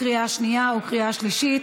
לקריאה שנייה וקריאה שלישית.